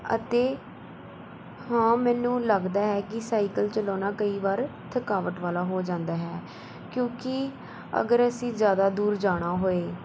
ਅਤੇ ਹਾਂ ਮੈਨੂੰ ਲੱਗਦਾ ਹੈ ਕਿ ਸਾਈਕਲ ਚਲਾਉਣਾ ਕਈ ਵਾਰ ਥਕਾਵਟ ਵਾਲਾ ਹੋ ਜਾਂਦਾ ਹੈ ਕਿਉਂਕਿ ਅਗਰ ਅਸੀਂ ਜ਼ਿਆਦਾ ਦੂਰ ਜਾਣਾ ਹੋਏ